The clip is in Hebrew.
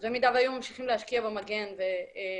ואז במידה שהיו ממשיכים להשקיע במגן ולנטרל